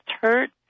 hurt